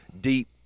deep